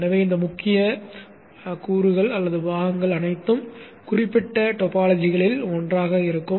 எனவே இந்த முக்கிய கூறுகள் அனைத்தும் குறிப்பிட்ட டோபோலாஜிகளில் ஒன்றாக இருக்கும்